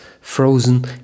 frozen